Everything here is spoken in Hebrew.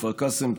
בכפר קאסם,